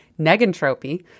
negentropy